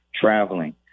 traveling